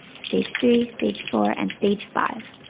stage three, stage four, and stage five,